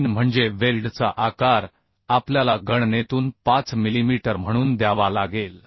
03 म्हणजे वेल्डचा आकार आपल्याला गणनेतून 5 मिलीमीटर म्हणून द्यावा लागेल